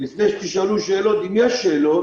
לפני שתשאלו שאלות, אם יש שאלות,